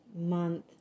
month